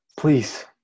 Please